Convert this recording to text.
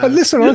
Listen